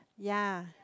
yea